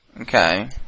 Okay